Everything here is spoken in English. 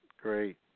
Great